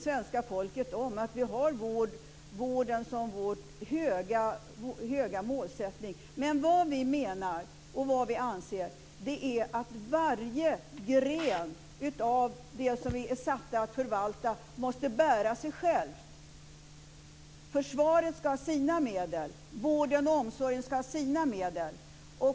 Svenska folket vet om att vi har en hög målsättning när det gäller vården. Men vi menar och anser att varje gren av det som vi är satta att förvalta måste bära sig själv. Försvaret ska ha sina medel. Vården och omsorgen ska ha sina medel.